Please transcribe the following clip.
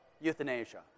euthanasia